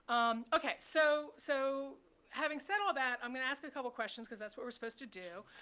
um ok, so so having said all that, i'm going to ask a couple of questions because that's what we're supposed to do.